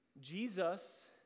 Jesus